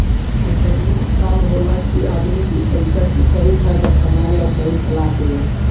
एकर मुख्य काम होला कि आदमी के पइसा के सही फायदा कमाए ला सही सलाह देवल